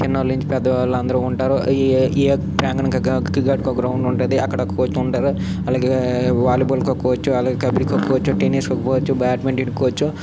చిన్నవాళ్ళ నుంచి పెద్దవాళ్ళ అందరూ ఉంటారు ఈ ఈ యొక్క ప్రాంగణం క్రికెట్ ఒక గ్రౌండ్ ఉంటుంది అక్కడ కోచ్ ఉంటారు అలాగే వాలీ బాల్ కి ఒక కోచ్ అలాగే కబడ్డీకి ఒక కోచ్ టెన్నిస్ కి ఒక కోచ్ బ్యాట్మెంటన్ కి ఒక కోచ్